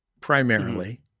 primarily